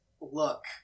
look